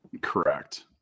Correct